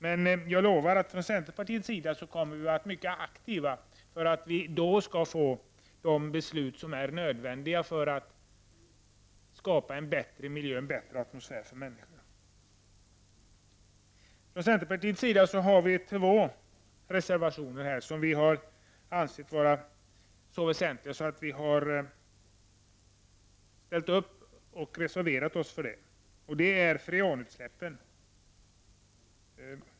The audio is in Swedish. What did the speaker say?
Men jag lovar att vi från centerpartiets sida kommer att vara mycket aktiva för att vi då skall kunna fatta de beslut som är nödvändiga för att skapa en bättre miljö och en bättre atmosfär för människorna. Centerpartiet har fogat två reservationer till betänkandet, vilka vi anser vara mycket väsentliga, och de gäller freonutsläppen.